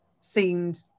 seemed